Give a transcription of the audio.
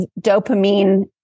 dopamine